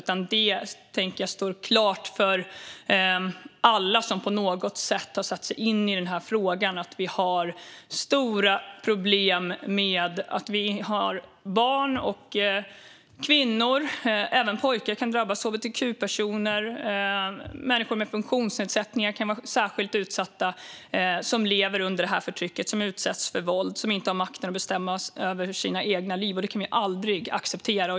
Jag tänker att det står klart för alla som på något har satt sig in i den här frågan att vi har stora problem: Barn och kvinnor lever under det här förtrycket och utsätts för våld. Även pojkar kan drabbas, liksom hbtq-personer, och människor med funktionsnedsättningar kan vara särskilt utsatta. Dessa människor har inte makten att bestämma över sina egna liv, och det kan vi aldrig acceptera.